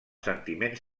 sentiments